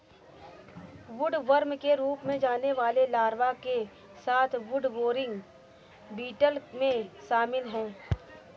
woodworm के रूप में जाने वाले लार्वा के साथ वुडबोरिंग बीटल में शामिल हैं